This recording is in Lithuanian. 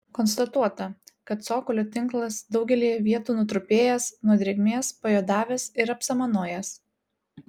konstatuota kad cokolio tinkas daugelyje vietų nutrupėjęs nuo drėgmės pajuodavęs ir apsamanojęs